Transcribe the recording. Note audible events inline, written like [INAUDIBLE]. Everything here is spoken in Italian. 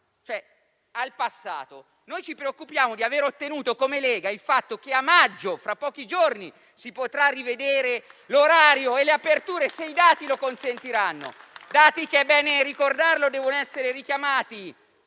al passato. Noi, invece, ci preoccupiamo di aver ottenuto, come Lega, il fatto che a maggio, fra pochi giorni, si potrà rivedere l'orario delle aperture, se i dati lo consentiranno. [APPLAUSE] Dati che, è bene ricordarlo, devono essere richiamati